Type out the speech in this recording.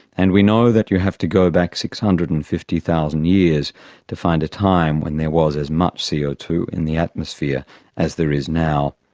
and we know that you have to go back six hundred and fifty thousand years to find a time when there was as much c o two in the atmosphere as there is now.